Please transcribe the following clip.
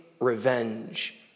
revenge